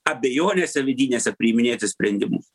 abejonėse vidinėse priiminėti sprendimus